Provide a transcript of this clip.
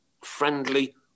friendly